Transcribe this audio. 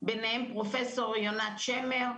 ביניהם פרופ' יונת שמר,